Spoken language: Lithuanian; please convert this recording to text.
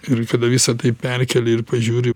ir kada visa tai perkelia ir pažiūri